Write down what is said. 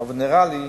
אבל נראה לי,